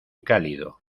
cálido